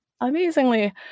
amazingly